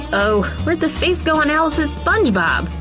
oh, where'd the face go on alice's sponge bob?